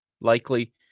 likely